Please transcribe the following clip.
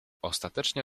ostatecznie